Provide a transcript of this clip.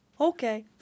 okay